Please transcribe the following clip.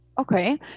Okay